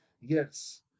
Yes